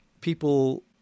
people –